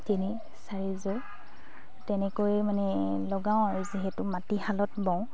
তিনি চাৰিযোৰ তেনেকৈ মানে লগাওঁ আৰু যিহেতু মাটিশালত বওঁ